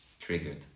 triggered